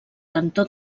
cantó